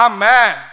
Amen